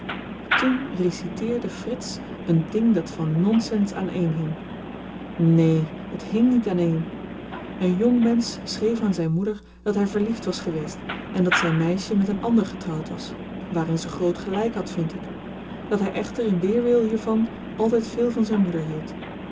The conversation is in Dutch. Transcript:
toen reciteerde frits een ding dat van nonsens aan één hing neen t hing niet aan-een een jong mensch schreef aan zyn moeder dat hy verliefd was geweest en dat zyn meisje met een ander getrouwd was waarin ze groot gelyk had vind ik dat hy echter in weerwil hiervan altyd veel van zyn moeder hield